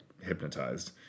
hypnotized